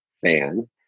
fan